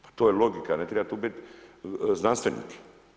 Pa to je logika, ne triba tu biti znanstvenik.